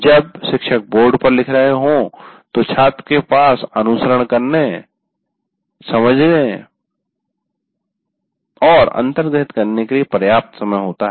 जब शिक्षक बोर्ड पर लिख रहे हों तो छात्र के पास अनुसरण करने समझने और अंतर्ग्राहित करने के लिए पर्याप्त समय होता है